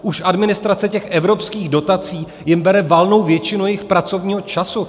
Už administrace těch evropských dotací jim bere valnou většinu jejich pracovního času.